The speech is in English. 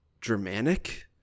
Germanic